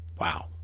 Wow